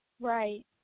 Right